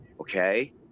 Okay